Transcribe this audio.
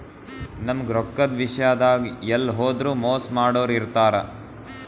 ನಮ್ಗ್ ರೊಕ್ಕದ್ ವಿಷ್ಯಾದಾಗ್ ಎಲ್ಲ್ ಹೋದ್ರು ಮೋಸ್ ಮಾಡೋರ್ ಇರ್ತಾರ